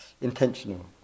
intentional